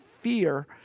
fear